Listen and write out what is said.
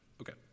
Okay